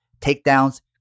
takedowns